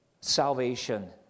salvation